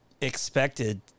expected